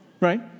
Right